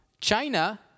China